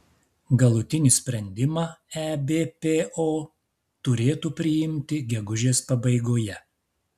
galutinį sprendimą ebpo turėtų priimti gegužės pabaigoje